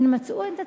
הן מצאו את עצמן,